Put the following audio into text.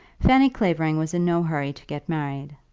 fanny clavering was in no hurry to get married.